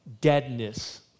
deadness